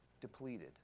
depleted